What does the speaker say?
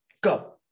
go